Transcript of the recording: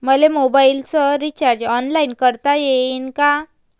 मले मोबाईलच recharge online करता येईन का?